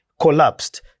collapsed